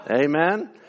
Amen